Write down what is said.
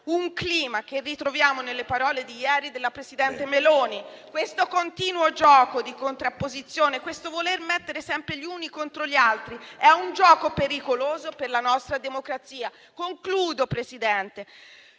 un clima che ritroviamo nelle parole di ieri della presidente Meloni. Questo continuo gioco di contrapposizione, questo voler mettere sempre gli uni contro gli altri, è pericoloso per la nostra democrazia. Concludo, Presidente: